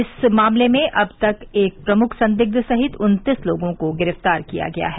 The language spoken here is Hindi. इस मामले में अब तक एक प्रमुख संदिग्ध सहित उन्तीस लोगों को गिरफ्तार किया गया है